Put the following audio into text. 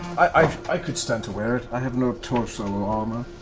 i i could stand to wear it. i have no torso armor.